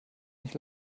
nicht